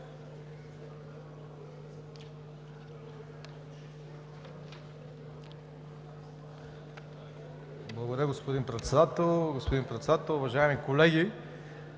Благодаря, господин Председател. Господин Председател, уважаеми колеги!